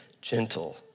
gentle